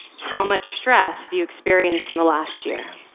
how much stress have you experienced in the last year?